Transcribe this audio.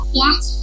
yes